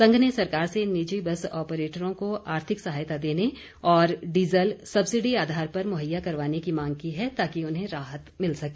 संघ ने सरकार से निजी बस ऑपरेटरों को आर्थिक सहायता देने और डीज़ल सब्सिडी आधार पर मुहैया करवाने की मांग की है ताकि उन्हें राहत मिल सके